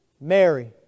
Mary